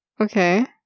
Okay